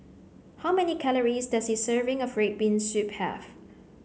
how many calories does a serving of red bean soup have